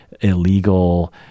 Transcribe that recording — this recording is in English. illegal